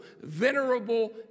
venerable